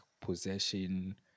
possession